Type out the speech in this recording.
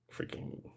freaking